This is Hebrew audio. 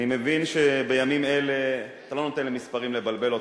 אני מבין שבימים אלה אתה לא נותן למספרים לבלבל אותך.